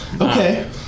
Okay